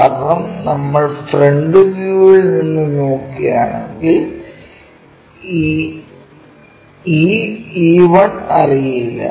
കാരണം നമ്മൾ ഫ്രന്റ് വ്യൂവിൽ നിന്ന് നോക്കുകയാണെങ്കിൽ ഈ E E1 അറിയില്ല